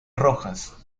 rojas